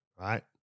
right